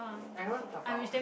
I don't want to dabao